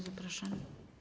Zapraszam.